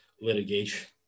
litigation